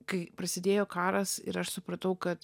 kai prasidėjo karas ir aš supratau kad